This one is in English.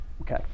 Okay